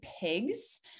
pigs